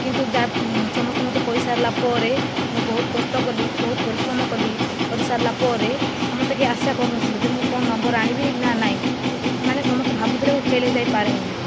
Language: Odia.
କିନ୍ତୁ ଯା ସମସ୍ତେ ମୋତେ କହିସାରିଲା ପରେ ମୁଁ ବହୁତ କଷ୍ଟ କଲି ବହୁତ ପରିଶ୍ରମ କଲି କରିସାରିଲା ପରେ ସମସ୍ତେ କେହି ଆଶା କରିନଥିଲେ ଯେ ମୁଁ କ'ଣ ନମ୍ବର ଆଣିବି ନା ନାହିଁ ମାନେ ସମସ୍ତେ ଭାବୁଥିଲେ ମୁଁ ଫେଲ୍ ହୋଇ ଯାଇପାରେ ମଧ୍ୟ